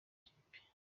kipe